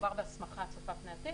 מדובר בהסמכה צופה פני עתיד,